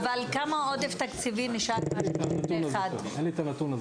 אין לך את הנתון הזה,